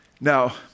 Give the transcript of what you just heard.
Now